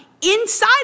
inside